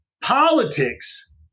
politics